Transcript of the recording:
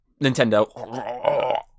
Nintendo